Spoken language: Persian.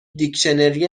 دیکشنری